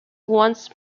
once